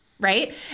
right